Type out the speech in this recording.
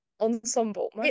ensemble